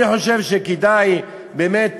אני חושב שכדאי באמת